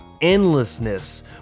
endlessness